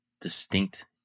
distinct